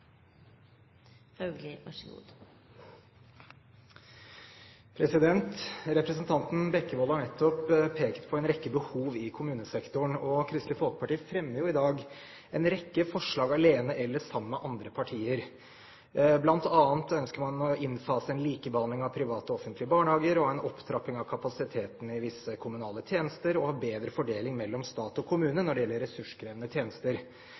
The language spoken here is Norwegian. Representanten Bekkevold har nettopp pekt på en rekke behov i kommunesektoren. Kristelig Folkeparti fremmer i dag en rekke forslag alene eller sammen med andre partier. Blant annet ønsker man å innfase en likebehandling av private og offentlige barnehager, man ønsker en opptrapping av kapasiteten i visse kommunale tjenester og bedre fordeling mellom stat og kommune når det gjelder ressurskrevende tjenester.